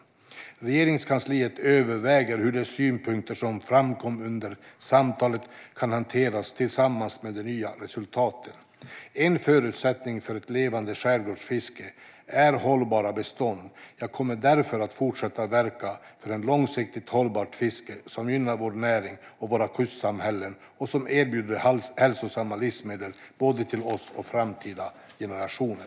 Regeringskansliet överväger hur de synpunkter som framkom under samtalet kan hanteras tillsammans med de nya resultaten. En förutsättning för ett levande skärgårdsfiske är hållbara bestånd. Jag kommer därför att fortsätta att verka för ett långsiktigt hållbart fiske som gynnar vår näring och våra kustsamhällen och som erbjuder hälsosamma livsmedel både till oss och till framtida generationer.